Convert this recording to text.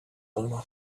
owner